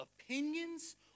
opinions